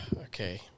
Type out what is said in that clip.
Okay